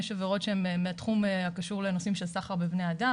יש עבירות שהן מהתחום הקשור לנושאים של סחר בבני אדם.